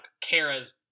Kara's